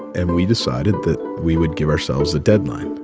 and we decided that we would give ourselves a deadline,